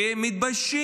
-- כי הם מתביישים.